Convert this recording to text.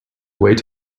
wait